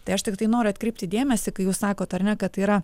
tai aš tiktai noriu atkreipti dėmesį kai jūs sakot ar ne kad yra